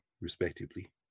respectively